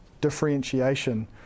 differentiation